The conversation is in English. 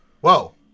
whoa